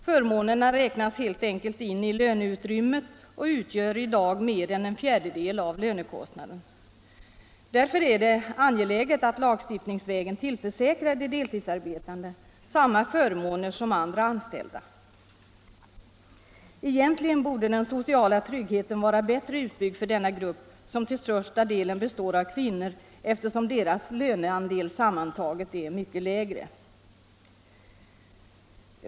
Förmånerna räknas helt enkelt in i löneutrymmet och utgör i dag mer än en fjärdedel av lönekostnaden. Därför är det angeläget att lagstiftningsvägen tillförsäkra de deltidsarbetande samma förmåner som andra anställda. Egentligen borde den sociala tryggheten vara bättre utbyggd för denna grupp, som till största delen består av kvinnor, eftersom deras löneandel sammantaget är lägre.